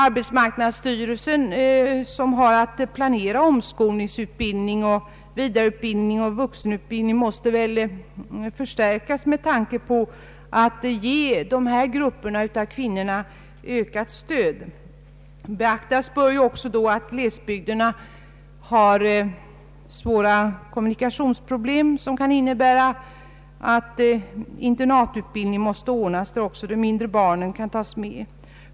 Arbetsmarknadsstyrelsen, som har att planera omskolningsutbildning och ge vidareutbild ning samt vuxenutbildning, måste väl förstärkas med tanke på att kunna ge dessa grupper av kvinnor ökat stöd. Beaktas bör då även att glesbygderna har svåra kommunikationsproblem, som kan innebära att internatutbildning måste ordnas, där även de mindre barnen kan tas med.